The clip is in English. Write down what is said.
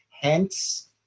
Hence